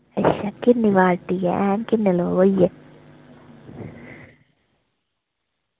अच्छा किन्नी पार्टी ऐ हैन किन्ने लोक होइयै